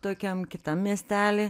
tokiam kitam miestely